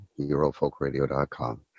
Eurofolkradio.com